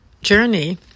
journey